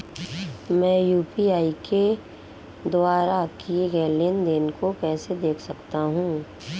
मैं यू.पी.आई के द्वारा किए गए लेनदेन को कैसे देख सकता हूं?